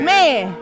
Man